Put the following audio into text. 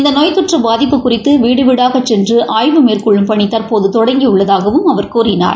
இந்த நோய் தொற்று பாதிப்பு குறித்து வீடு வீடாகச் சென்று ஆய்வு மேற்கொள்ளும் பணி தற்போது தொடங்கி உள்ளதாகவும் அவர் கூறினார்